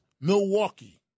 Milwaukee